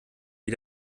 wie